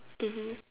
mmhmm